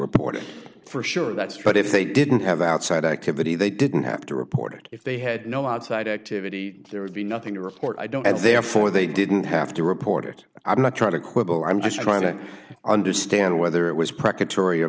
report it for sure that's right if they didn't have outside activity they didn't have to report it if they had no outside activity there would be nothing to report i don't therefore they didn't have to report it i'm not trying to quibble i'm just trying to understand whether it was